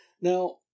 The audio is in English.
Now